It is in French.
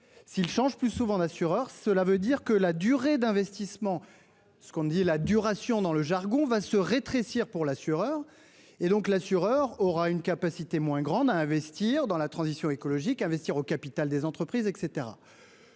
s'ils changent plus souvent d'assureur. Cela veut dire que la durée d'investissement, ce qu'on dit la duration dans le jargon va se rétrécir pour l'assureur et donc l'assureur aura une capacité moins grande à investir dans la transition écologique investir au capital des entreprises et